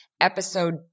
episode